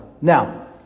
Now